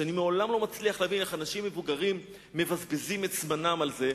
שאני מעולם לא מצליח להבין איך אנשים מבוגרים מבזבזים את זמנם על זה.